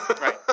right